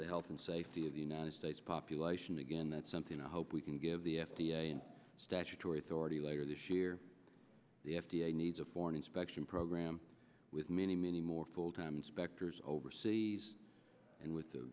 the health and safety of the united states population again that's something i hope we can give the f d a and statutory authority later this year the f d a needs a foreign inspection program with many many more full time inspectors overseas and with the